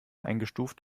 eingestuft